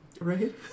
Right